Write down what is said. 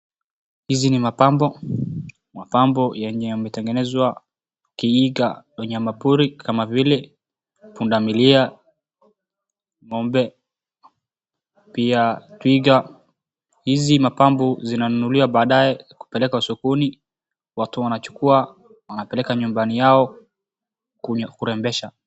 Hizi ni mapambo. Mapambo yenye yametengenezwa yakiiga wanyamapori kama vile pundamilia, ngombe, pia twiga. Hizi mapambo zinanunuliwa baadae kupelekwa sokoni. Watu wanachukua wanapeleka nyumbani yao kurembesha.